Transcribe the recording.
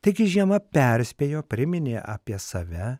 taigi žiema perspėjo priminė apie save